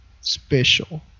special